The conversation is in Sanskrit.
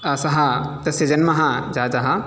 सः तस्य जन्म जातः